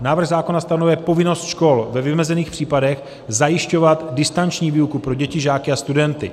Návrh zákona stanovuje povinnost škol ve vymezených případech zajišťovat distanční výuku pro děti, žáky a studenty.